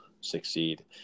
succeed